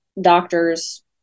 doctors